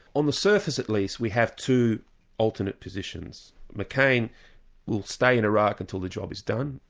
on the surface at least we have two alternate positions. mccain will stay in iraq until the job is done,